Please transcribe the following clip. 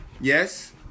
yes